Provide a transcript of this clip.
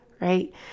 Right